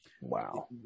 Wow